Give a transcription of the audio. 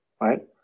right